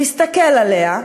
להסתכל עליהן,